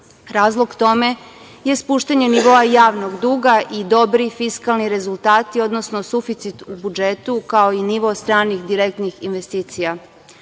Razlog tome je spuštanje nivoa javnog duga i dobri fiskalni rezultati, odnosno suficit u budžetu, kao i nivo stranih direktnih investicija.